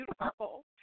beautiful